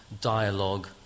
dialogue